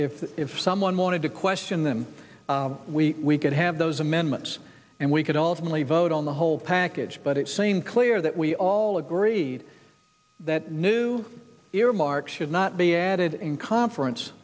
if if someone wanted to question them we could have those amendments and we could all simply vote on the whole package but it seemed clear that we all agreed that new earmarks should not be added in conference